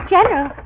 General